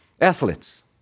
athletes